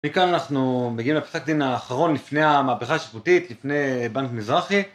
מכאן אנחנו מגיעים לפסק דין האחרון לפני המהפכה השיפוטית, לפני בנק מזרחי